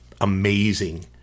amazing